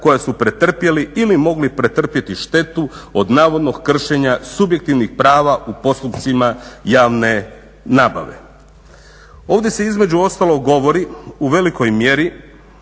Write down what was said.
koja su pretrpjeli ili mogli pretrpjeti štetu od navodnog kršenja subjektivnih prava u postupcima javne nabave. Ovdje se između ostalog govori u velikoj mjeri